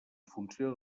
funció